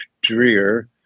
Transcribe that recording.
drear